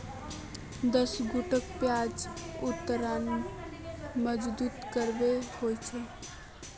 दस कुंटल प्याज उतरवार मजदूरी कतेक होचए?